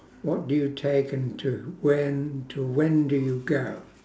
what do you take and to when to when do you go